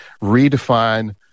redefine